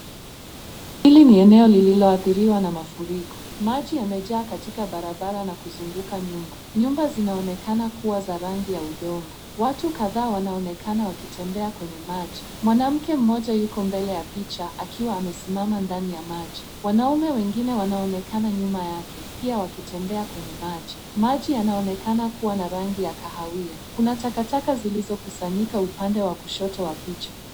Hili ni eneo lililothiriwa na mafuriko, maji yamejaa katika barabara na kuzunguka nyumba, nyumba zinaonekana kuwa za rangi ya udongo, watu kadhaa wanaonekana wakitembea kwenye maji, mwanamke mmoja yuko mbele ya picha akiwa amesimama ndani ya maji, wanaume wengine wanaonekana nyuma yake, pia wakitembea kwenye maji, maji yanaonekana kuwa na rangi ya kahawia, kuna takataka zilizokusanyika upande wa kushoto wa picha.